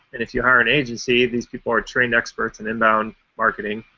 and if you hire an agency, these people are trained experts in inbound marketing.